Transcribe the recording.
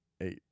eight